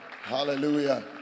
hallelujah